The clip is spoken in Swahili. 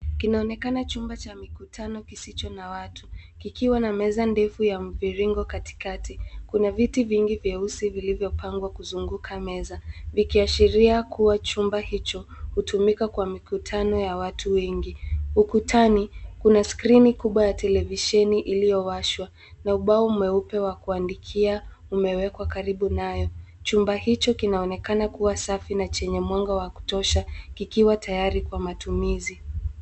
Kinaonekana chumba cha mikutano kisicho na watu, kikiwa na meza ndefu ya mviringo katikati. Kuna viti vingi vyeusi vilivyopangwa kuzunguka meza, vikiashiria kuwa chumba hicho hutumika kwa mikutano wa watu wengi. Ukutani kuna skrini kubwa ya televisheni iliyowashwa na ubao mweupe wa kuandikia umewekwa karibu nayo. Chumba hicho kinaonekana kuwa safi na chenye mwanga wa kutosha, kikiwa tayari kwa matumizi.